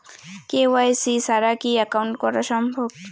KYC ছাড়া কি account করা সম্ভব?